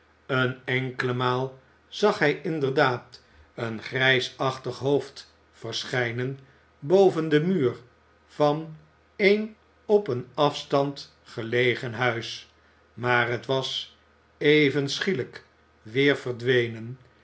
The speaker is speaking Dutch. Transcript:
eene enkele maal zag hij inderdaad een grijsachtig hoofd verschijnen boven den muur van een op een afstand gelegen huis maar het was even schielijk weer verdwenen